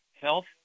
health